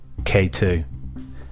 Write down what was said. K2